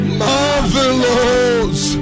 marvelous